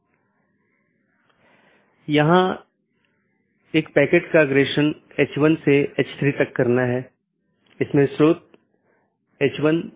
जब एक BGP स्पीकरों को एक IBGP सहकर्मी से एक राउटर अपडेट प्राप्त होता है तो प्राप्त स्पीकर बाहरी साथियों को अपडेट करने के लिए EBGP का उपयोग करता है